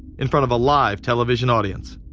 in front of a live television audience.